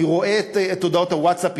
אני רואה את הודעות הווטסאפ,